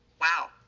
Wow